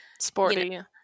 sporty